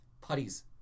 putties